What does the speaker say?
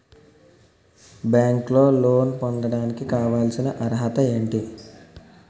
బ్యాంకులో లోన్ పొందడానికి కావాల్సిన అర్హత ఏంటి?